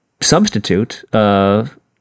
substitute